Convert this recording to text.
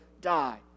die